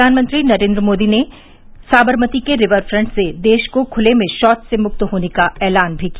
प्रधानमंत्री श्री मोदी ने सावरमती के रिवर फ्रंट से देश को खते में शौच से मुक्त होने का एलान भी किया